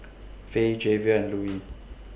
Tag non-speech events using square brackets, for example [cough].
Fae Javier and Louie [noise]